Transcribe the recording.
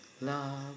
love